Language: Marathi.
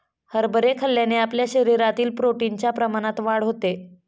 हरभरे खाल्ल्याने आपल्या शरीरातील प्रोटीन च्या प्रमाणात वाढ होते